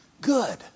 good